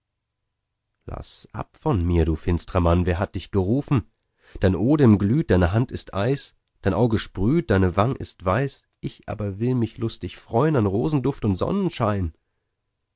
laß ab von mir du finstrer mann wer hat dich gerufen dein odem glüht deine hand ist eis dein auge sprüht deine wang ist weiß ich aber will mich lustig freun an rosenduft und sonnenschein